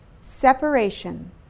Separation